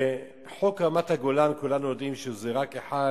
וחוק רמת-הגולן, כולנו יודעים שזה רק אחד